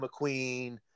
McQueen